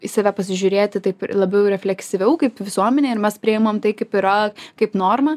į save pasižiūrėti taip ir labiau ir refleksyviau kaip visuomenė ir mes priemam tai kaip yra kaip normą